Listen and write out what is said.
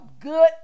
good